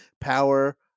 power